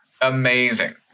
Amazing